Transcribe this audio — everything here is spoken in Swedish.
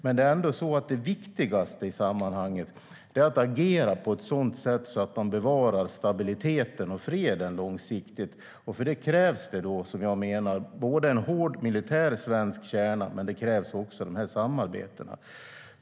Men det viktigaste är ändå att agera på ett sådant sätt att man bevarar stabiliteten och freden långsiktigt. För det menar jag att det krävs en hård militär svensk kärna men också de här samarbetena.